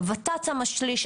הות"ת שמה שליש,